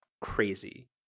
crazy